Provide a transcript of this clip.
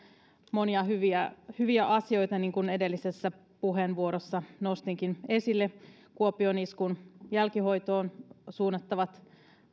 monia hyviä hyviä asioita niin kuin edellisessä puheenvuorossa nostinkin esille kuopion iskun jälkihoitoon suunnattavat